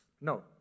No